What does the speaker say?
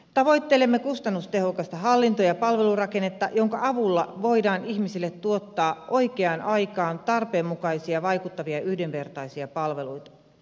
tavoittelemme kustannustehokasta hallinto ja palvelurakennetta jonka avulla voidaan ihmisille tuottaa oikeaan aikaan tarpeenmukaisia vaikuttavia ja yhdenvertaisia palveluita